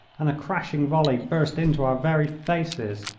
and a crashing volley burst into our very faces.